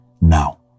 now